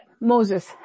Moses